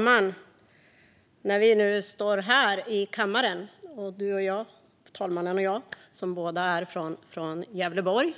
Fru talman! Förste vice talmannen och jag är båda från Gävleborg,